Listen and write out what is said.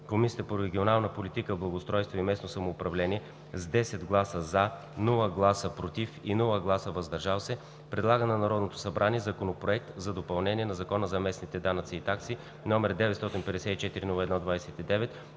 Комисията по регионална политика, благоустройство и местно самоуправление с 10 гласа „за“, без „против“ и „въздържал се“ предлага на Народното събрание Законопроект за допълнение на Закона за местните данъци и такси № 954-01-29,